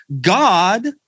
God